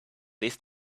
this